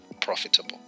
profitable